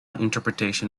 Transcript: interpretation